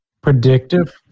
predictive